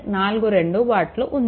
42 వాట్లు ఉంది